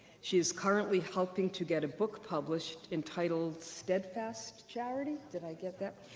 she is currently hoping to get a book published entitled steadfast charity did i get that